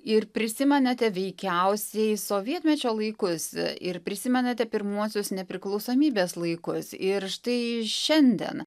ir prisimenate veikiausiai sovietmečio laikus ir prisimenate pirmuosius nepriklausomybės laikus ir štai šiandien